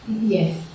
Yes